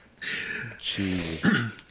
Jeez